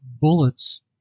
bullets